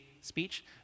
speech